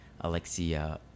Alexia